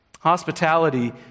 Hospitality